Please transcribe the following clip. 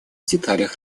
деталях